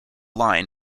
line